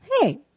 hey